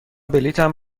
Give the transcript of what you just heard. بلیطم